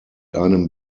einem